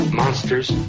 monsters